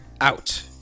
out